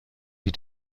die